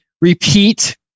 repeat